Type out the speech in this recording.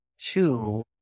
two